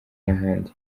n’ahandi